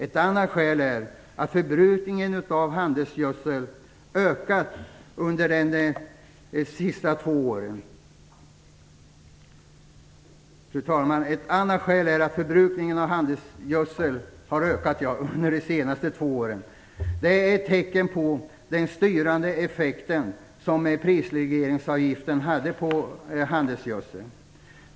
Ett annat skäl är att förbrukningen av handelsgödsel ökat under de senaste två åren. Det är ett tecken på den styrande effekten som prisregleringsavgiften haft på handelsgödsel.